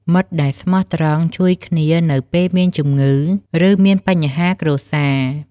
មិត្តដែលស្មោះត្រង់ជួយគ្នា នៅពេលមានជម្ងឺ ឬមានបញ្ហាគ្រួសារ។